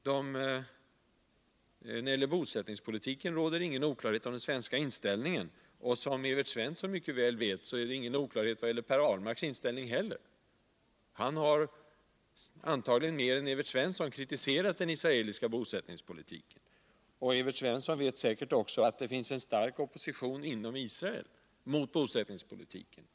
När det gäller bosättningspolitiken råder det ingen oklarhet om den svenska inställningen, och som Evert Svensson mycket väl vet är det ingen oklarhet vad gäller Per Ahlmarks inställning heller. Han har, antagligen mer än Evert Svensson, kritiserat den israeliska bosättningspolitiken. Evert Svensson vet säkert också att det finns en stark opposition inom Israel mot bosättningspolitiken.